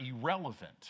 irrelevant